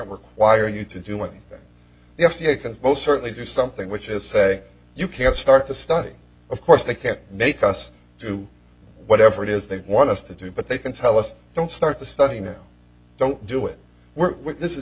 require you to do one thing the f d a can most certainly do something which is say you can't start the study of course they can't make us do whatever it is they want us to do but they can tell us don't start the study now don't do it this is